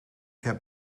heb